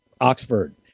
Oxford